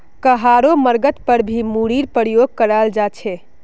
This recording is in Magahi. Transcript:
कहारो मर्गत पर भी मूरीर प्रयोग कराल जा छे